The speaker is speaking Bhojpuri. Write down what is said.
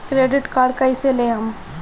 क्रेडिट कार्ड कईसे लेहम?